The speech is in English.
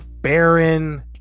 Baron